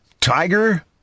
Tiger